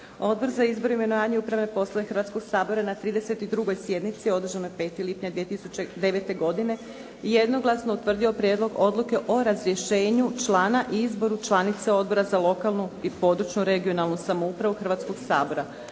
Odbor za izbor, imenovanja i upravne poslove Hrvatskog sabora na 32. sjednici održanoj 5. lipnja 2009. godine jednoglasno je utvrdio prijedlog odluke o razrješenju člana i izboru članice Odbora za lokalnu i područnu regionalnu samoupravu Hrvatskog sabora.